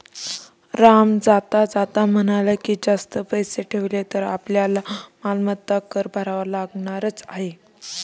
राम जाता जाता म्हणाला की, जास्त पैसे ठेवले तर आपल्याला मालमत्ता कर भरावा लागणारच आहे